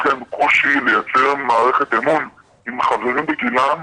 יש להם קושי לייצר מערכת אמון עם חברים בגילם,